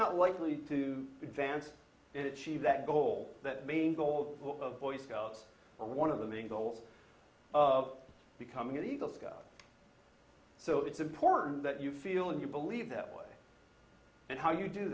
not likely to advance it she that goal that main goal of boy scouts or one of the main goal of becoming an eagle scout so it's important that you feel and you believe that way and how you do